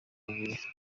babiri